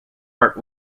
hart